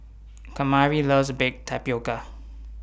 Kamari loves Baked Tapioca